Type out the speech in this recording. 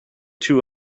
two